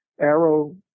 Arrow